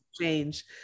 change